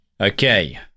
Okay